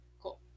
Cool